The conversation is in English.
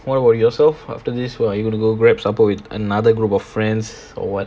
what about yourself after this what are you gonna go grab supper with another group of friends or what